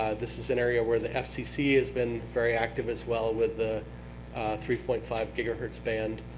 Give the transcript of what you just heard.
ah this is an area where the fcc has been very active, as well, with the three point five gigahertz band.